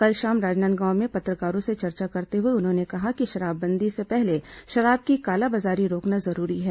कल शाम राजनांदगांव में पत्रकारों से चर्चा करते हुए उन्होंने कहा कि शराबबंदी से पहले शराब की कालाबाजारी रोकना जरूरी है